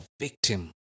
victim